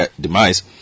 demise